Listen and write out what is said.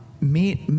meet